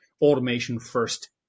automation-first